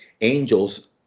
angels